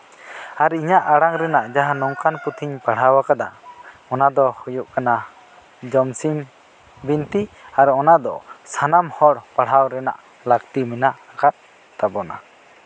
ᱟᱨ ᱤᱧᱟᱹᱜ ᱟᱲᱟᱝ ᱨᱮᱭᱟᱜ ᱡᱟᱦᱟᱸ ᱱᱚᱝᱠᱟᱱ ᱯᱩᱛᱷᱤᱧ ᱯᱟᱲᱦᱟᱣᱟᱠᱟᱫᱟ ᱚᱱᱟ ᱫᱚ ᱦᱩᱭᱩᱜ ᱠᱟᱱᱟ ᱡᱚᱢᱥᱤᱢ ᱵᱤᱱᱛᱤ ᱟᱨ ᱚᱱᱟ ᱫᱚ ᱥᱟᱱᱟᱢ ᱦᱚᱲ ᱯᱟᱲᱦᱟᱣ ᱨᱮᱭᱟᱜ ᱞᱟᱹᱠᱛᱤ ᱢᱮᱱᱟᱜ ᱟᱠᱟᱫ ᱛᱟᱵᱚᱱᱟ